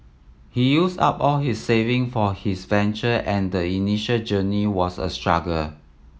he used up all his saving for his venture and the initial journey was a struggle